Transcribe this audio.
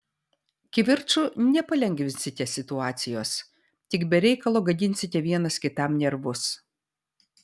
kivirču nepalengvinsite situacijos tik be reikalo gadinsite vienas kitam nervus